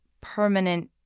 permanent